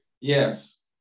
Yes